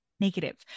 negative